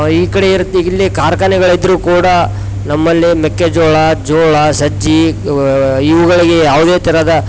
ಈ ಕಡೆ ಇರುತ್ತೆ ಇಲ್ಲಿ ಕಾರ್ಖಾನೆಗಳಿದ್ದರು ಕೂಡ ನಮ್ಮಲ್ಲಿ ಮೆಕ್ಕೆಜೋಳ ಜೋಳ ಸಜ್ಜೆ ಇವುಗಳಿಗೆ ಯಾವುದೇ ಥರದ